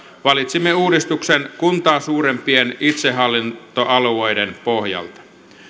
valitsimme uudistuksen kuntaa suurempien itsehallintoalueiden pohjalta